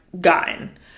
gotten